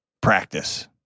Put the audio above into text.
practice